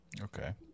Okay